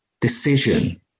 decision